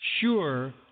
sure